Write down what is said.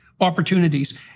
opportunities